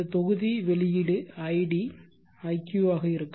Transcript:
இந்த தொகுதி வெளியீடு id iq ஆக இருக்கும்